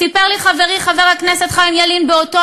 סיפר לי חברי חבר הכנסת חיים ילין באותו